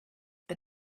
but